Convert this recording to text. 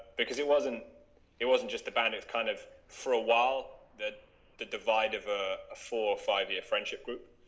because it wasn't it wasn't just a band. it's kind of for a while that the divide of a four or five year friendship group